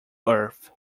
earth